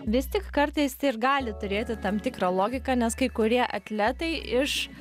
vis tik kartais tai ir gali turėti tam tikrą logiką nes kai kurie atletai iš